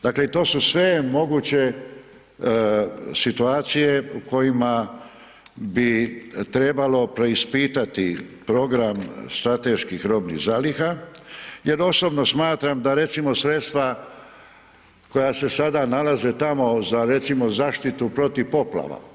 Dakle, to su sve moguće situacije u kojima bi trebalo preispitati program strateških robnih zaliha jer osobno smatram da recimo sredstva koja se sada nalaze tamo za recimo zaštitu protiv poplava.